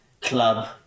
club